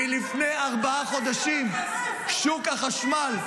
מלפני ארבעה חודשים -- נתתם כסף לחמאס.